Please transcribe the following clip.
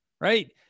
right